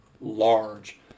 large